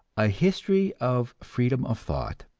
a history of freedom of thought,